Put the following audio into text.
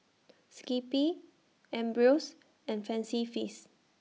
Skippy Ambros and Fancy Feast